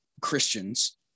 Christians